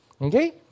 okay